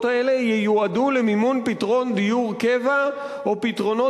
האלה ייועדו למימון פתרון דיור קבע או פתרונות